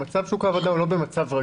שוק העבודה נמצא במצב לא